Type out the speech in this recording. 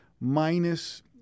minus